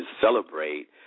celebrate